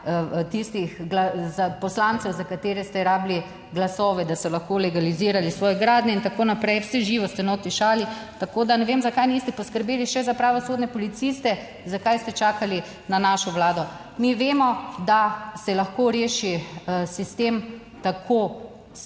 tistih poslancev, za katere ste rabili glasove, da so lahko legalizirali svoje gradnje in tako naprej. Vse živo ste notri tišali, tako da ne vem zakaj niste poskrbeli še za pravosodne policiste, zakaj ste čakali na našo Vlado. Mi vemo, da se lahko reši sistem tako samo